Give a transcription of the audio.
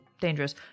dangerous